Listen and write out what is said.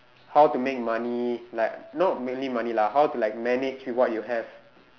how to make money like not mainly money lah how to like manage with what you have